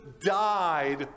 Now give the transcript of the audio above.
died